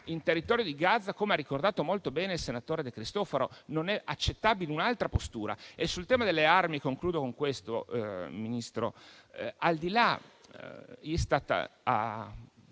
nel territorio di Gaza, come ha ricordato molto bene il senatore De Cristofaro. Non è accettabile un'altra postura. Sul tema delle armi concludo, Ministro, dicendo che al di là che l'Istat ha